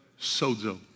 sozo